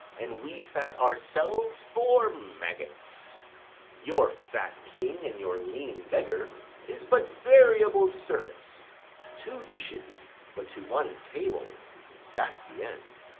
and we fat ourselves for maggots your fat king and your lean beggar is but variable service two dishes, but to one table that's the end.